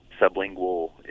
sublingual